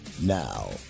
Now